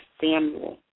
Samuel